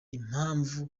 impamvu